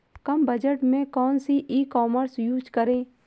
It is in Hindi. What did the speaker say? कम बजट में कौन सी ई कॉमर्स यूज़ करें?